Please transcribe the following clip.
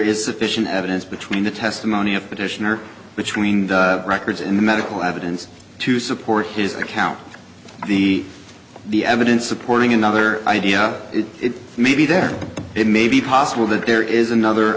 is sufficient evidence between the testimony of petitioner between records in the medical evidence to support his account the the evidence supporting another idea it may be there it may be possible that there is another